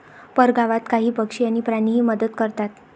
परगावात काही पक्षी आणि प्राणीही मदत करतात